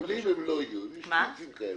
עגולים הם לא יהיו, הם יהיו שקופים כאלה...